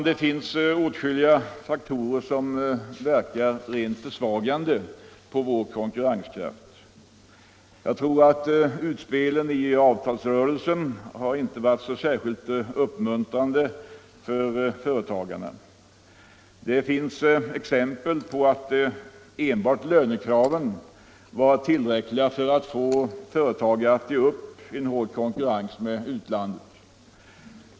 Det finns åtskilliga faktorer som verkar rent försvagande på vår konkurrenskraft. Jag tror att utspelen i avtalsrörelsen inte har varit så särskilt uppmuntrande för företagarna. Det finns exempel på att enbart lönekraven varit tillräckliga för att få företagare att ge upp i en hård konkurrens med utlandet.